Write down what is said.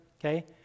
Okay